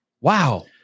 Wow